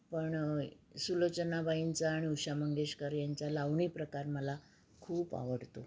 पण सुलोचनाबाईंचा आणि उषा मंगेशकर यांचा लावणी प्रकार मला खूप आवडतो